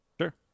sure